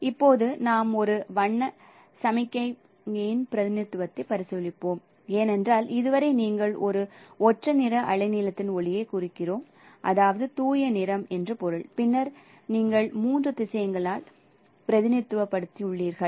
இப்போது நாம் ஒரு வண்ண சமிக்ஞையின் பிரதிநிதித்துவத்தை பரிசீலிப்போம் ஏனென்றால் இதுவரை நீங்கள் ஒரு ஒற்றை நிற அலைநீளத்தின் ஒளியைக் குறிக்கிறோம் அதாவது தூய நிறம் என்று பொருள் பின்னர் நீங்கள் மூன்று திசையன்களால் பிரதிநிதித்துவப்படுத்தியுள்ளீர்கள்